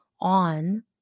on